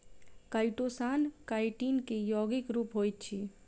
chitosan chitin के यौगिक रूप होइत अछि